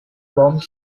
bombed